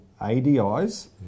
ADIs